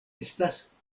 estas